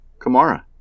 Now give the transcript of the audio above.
Kamara